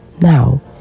now